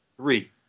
Three